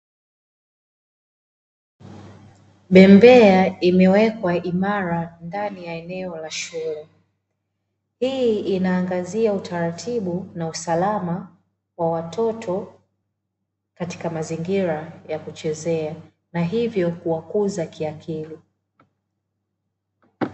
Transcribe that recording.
Bembea imewekwa imara ndani ya eneo la shule, hii inaangazia utaratibu na usalama wa watoto katika mazingira ya kuchezea, na hivyo kuwakuza kiakili.